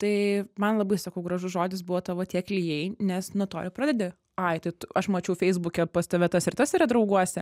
tai man labai sakau gražus žodis buvo tavo tie klijai nes nuo to jau pradedi ai tai aš mačiau feisbuke pas tave tas ir tas yra drauguose